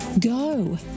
go